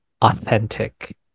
authentic